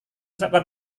seekor